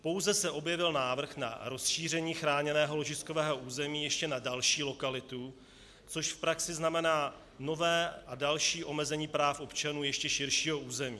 Pouze se objevil návrh na rozšíření chráněného ložiskového území ještě na další lokalitu, což v praxi znamená nové a další omezení práv občanů ještě širšího území.